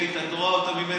היית רואה אותם ממטר.